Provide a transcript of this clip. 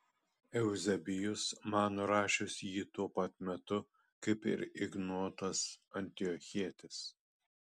euzebijus mano rašius jį tuo pat metu kaip ir ignotas antiochietis